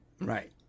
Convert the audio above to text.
Right